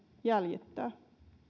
jäljittää